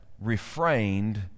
refrained